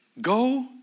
go